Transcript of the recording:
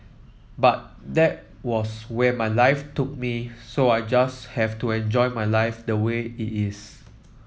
but that was where my life took me so I just have to enjoy my life